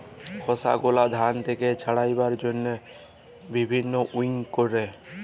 খসা গুলা ধান থেক্যে ছাড়াবার জন্হে ভিন্নউইং ক্যরে